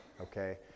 okay